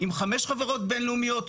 עם חמש חברות בינלאומיות,